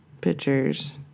pictures